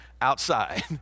Outside